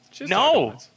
No